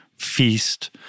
feast